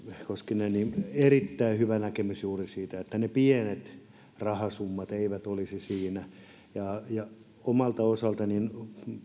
koskinen on erittäin hyvä näkemys juuri se että ne pienet rahasummat eivät olisi siinä omalta osaltani